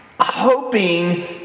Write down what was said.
Hoping